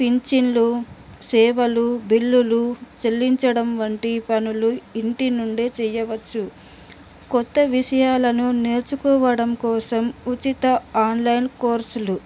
పింఛన్లు సేవలు బిల్లులు చెల్లించడం వంటి పనులు ఇంటి నుండే చేయవచ్చు కొత్త విషయాలను నేర్చుకోవడం కోసం ఉచిత ఆన్లైన్ కోర్సులు